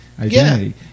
identity